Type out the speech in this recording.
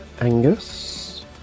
Angus